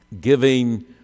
giving